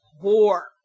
poor